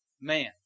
man